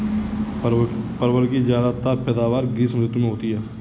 परवल की ज्यादातर पैदावार ग्रीष्म ऋतु में होती है